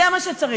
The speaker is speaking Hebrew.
זה מה שצריך.